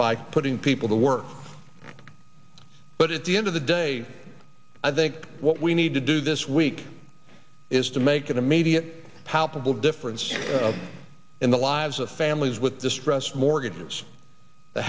by putting people to work but at the end of the day i think what we need to do this week is to make an immediate palpable difference in the lives of families with distressed mortgages the